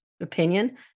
opinion